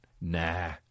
Nah